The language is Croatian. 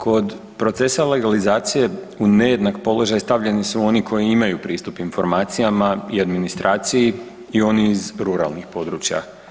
Kod procesa legalizacije u nejednak položaj stavljeni su oni koji imaju pristup informacijama i administraciji i oni iz ruralnih područja.